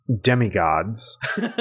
demigods